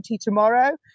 tomorrow